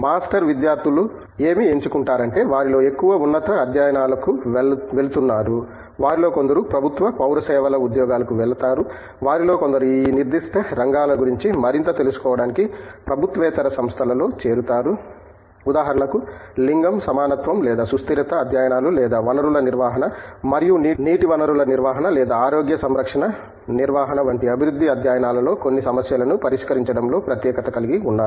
master విద్యార్థుల ఏమి ఎంచుకుంటారంటే వారిలో ఎక్కువగా ఉన్నత అధ్యయనాలకు వెళుతున్నారు వారిలో కొందరు ప్రభుత్వ పౌర సేవల ఉద్యోగాలకు వెళతారు వారిలో కొందరు ఈ నిర్దిష్ట రంగాల గురించి మరింత తెలుసుకోవడానికి ప్రభుత్వేతర సంస్థలలో చేరతారు ఉదాహరణకు లింగం సమానత్వం లేదా సుస్థిరత అధ్యయనాలు లేదా వనరుల నిర్వహణ మరియు నీటి వనరుల నిర్వహణ లేదా ఆరోగ్య సంరక్షణ నిర్వహణ వంటి అభివృద్ధి అధ్యయనాలలో కొన్ని సమస్యలను పరిష్కరించడంలో ప్రత్యేకత కలిగి ఉన్నారు